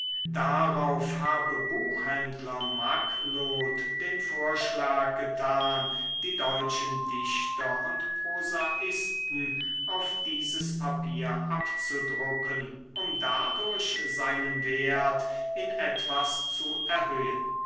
darauf habe buchhändler macklot den vorschlag getan die deutschen dichter und prosaisten auf dieses papier abzudrucken um dadurch seinen wert in etwas zu erhöhen